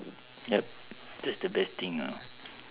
yup that's the best thing ah